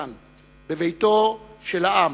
כאן, בביתו של העם,